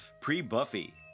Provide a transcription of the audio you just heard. Pre-Buffy